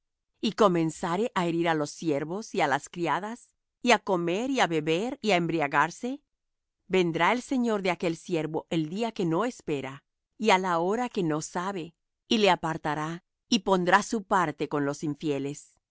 y comenzare á herir á los siervos y á las criadas y á comer y á beber y á embriagarse vendrá el señor de aquel siervo el día que no espera y á la hora que no sabe y le apartará y pondrá su parte con los infieles